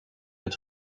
het